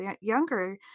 younger